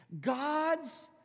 God's